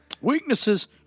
Weaknesses